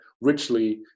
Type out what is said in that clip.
richly